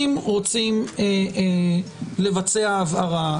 אם רוצים לבצע הבהרה,